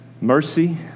Mercy